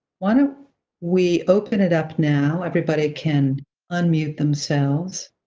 why don't we open it up now? everybody can unmute themselves.